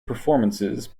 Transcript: performances